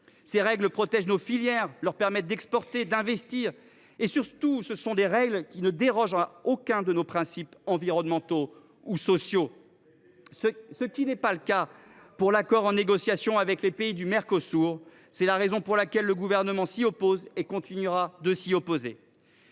Ses règles protègent nos filières et leur permettent d’exporter, d’investir. Surtout, elles ne dérogent à aucun de nos principes environnementaux ou sociaux. Si ! Ce n’est pas le cas de l’accord en cours de négociation avec les pays du Mercosur, raison pour laquelle le Gouvernement s’y oppose et continuera de s’y opposer.